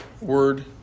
word